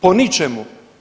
Po ničemu.